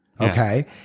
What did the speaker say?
okay